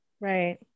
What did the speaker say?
right